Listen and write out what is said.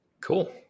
cool